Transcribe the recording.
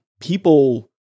People